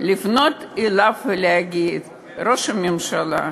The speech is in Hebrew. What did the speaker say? לפנות אליו ולהגיד: ראש הממשלה,